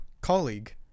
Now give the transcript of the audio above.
colleague